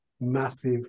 massive